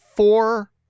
Four